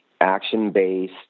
action-based